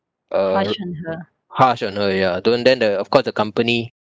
uh harsh on her ya don't then the of course the company